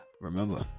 remember